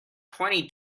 twenty